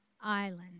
island